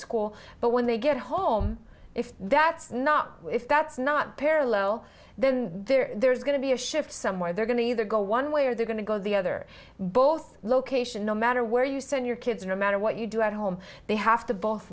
school but when they get home if that's not if that's not parallel then there's going to be a shift somewhere they're going to either go one way or they're going to go the other both location no matter where you send your kids no matter what you do at home they have to both